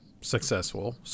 successful